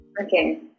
Okay